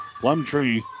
Plumtree